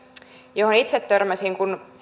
johon itse törmäsin kun